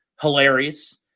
hilarious